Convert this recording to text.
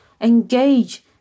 engage